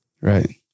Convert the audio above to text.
Right